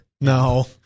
No